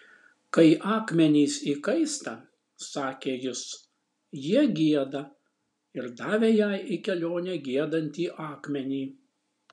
kai akmenys įkaista sakė jis jie gieda ir davė jai į kelionę giedantį akmenį